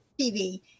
TV